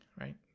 right